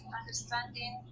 understanding